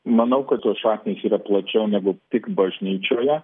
manau kad tos šaknys yra plačiau negu tik bažnyčioje